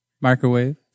microwave